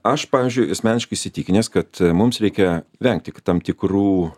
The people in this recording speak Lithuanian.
aš pavyzdžiui asmeniškai įsitikinęs kad mums reikia vengti tam tikrų